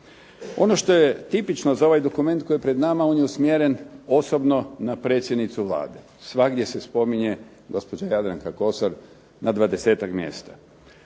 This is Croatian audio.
Ono što je tipično za ovaj dokument koji je pred nama, on je usmjeren osobno na predsjedniku Vlade. Svagdje se spominje gospođa Jadranka Kosor na 20-ak mjesta.